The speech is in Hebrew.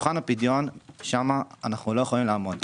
מבחן הפדיון שם אנחנו לא יכולים לעמוד,